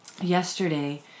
yesterday